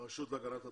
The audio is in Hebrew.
הרשות להגנת הצרכן.